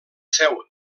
seu